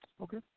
Okay